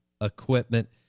Equipment